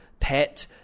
Pet